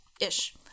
Ish